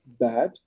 bad